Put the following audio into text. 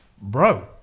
bro